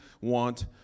want